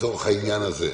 לצורך העניין הזה.